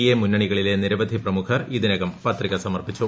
A മുന്നണികളിലെ നിരവധി പ്രമുഖർ ഇതിനകം പത്രിക സമർപ്പിച്ചു